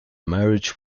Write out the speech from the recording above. marriage